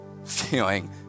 feeling